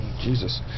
Jesus